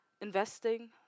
investing